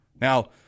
Now